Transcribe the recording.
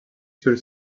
sur